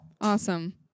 Awesome